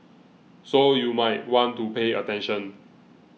so you might want to pay attention